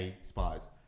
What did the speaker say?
spies